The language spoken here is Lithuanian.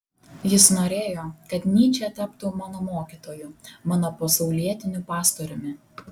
jis norėjo kad nyčė taptų mano mokytoju mano pasaulietiniu pastoriumi